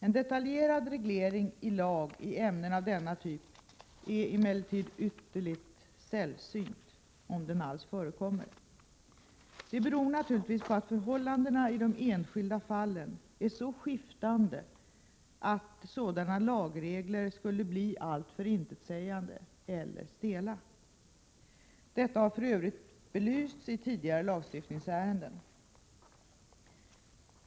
En detaljerad reglering i lag i ämnen av denna typ är emellertid ytterligt sällsynt, om den alls förekommer. Det beror naturligtvis på att förhållandena i de enskilda fallen är så skiftande att sådana lagregler skulle bli alltför intetsägande eller stela. Detta har för övrigt belysts i tidigare lagstiftningsärenden.